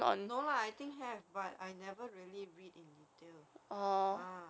no lah I think have but I never really read in detail